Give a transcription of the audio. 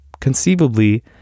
conceivably